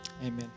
Amen